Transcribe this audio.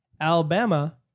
Alabama